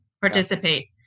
participate